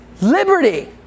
liberty